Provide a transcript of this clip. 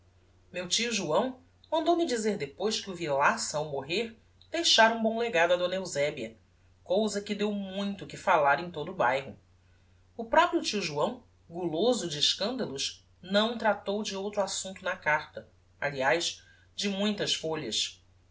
meu tio joão mandou-me dizer depois que o villaça ao morrer deixara um bom legado a d eusebia cousa que deu muito que fallar em todo o bairro o proprio tio joão guloso de escandalos não tratou de outro assumpto na carta aliás de muitas folhas